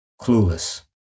Clueless